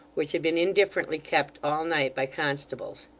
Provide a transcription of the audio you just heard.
which had been indifferently kept all night by constables.